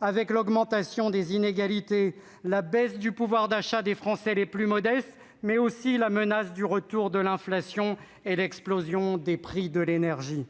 avec l'augmentation des inégalités, la baisse du pouvoir d'achat des Français les plus modestes, mais aussi la menace du retour de l'inflation et l'explosion des prix de l'énergie